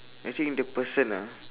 I think the person ah